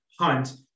hunt